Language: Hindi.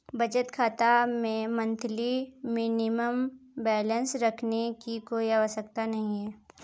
बचत खाता में मंथली मिनिमम बैलेंस रखने की कोई आवश्यकता नहीं है